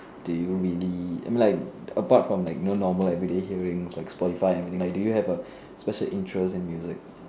do you really I mean like apart from like know normal every day hearings like Spotify everything do you have a special interest in music